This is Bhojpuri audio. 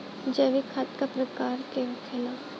जैविक खाद का प्रकार के होखे ला?